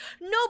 No